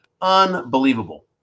unbelievable